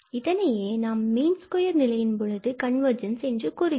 இதையே நாம் mean square நிலையின் பொழுது கன்வர்ஜென்ஸ் என்று கூறுகிறோம்